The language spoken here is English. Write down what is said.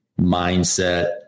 mindset